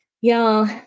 y'all